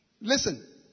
Listen